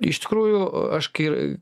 iš tikrųjų aš kai